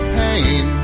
pain